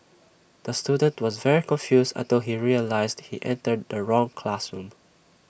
the student was very confused until he realised he entered the wrong classroom